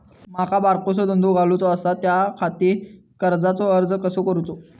माका बारकोसो धंदो घालुचो आसा त्याच्याखाती कर्जाचो अर्ज कसो करूचो?